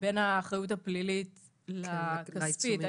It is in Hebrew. בין האחריות הפלילית לכספית,